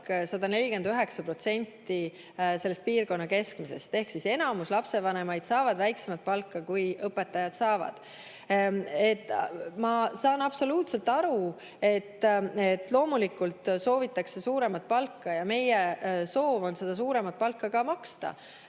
149% selle piirkonna keskmisest. Ehk enamik lapsevanemaid saab väiksemat palka, kui õpetajad saavad. Ma saan absoluutselt aru, loomulikult, et soovitakse suuremat palka. Ja meie soov on seda suuremat palka ka maksta.